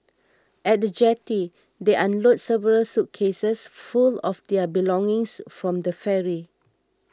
at the jetty they unload several suitcases full of their belongings from the ferry